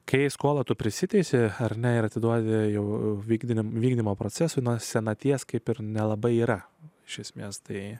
kai skolą tu prisiteisi ar ne ir atiduoda jau vykdomiems vykdymo procesui senaties kaip ir nelabai yra iš esmės tai